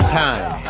time